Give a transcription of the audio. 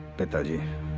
but don't